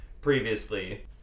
previously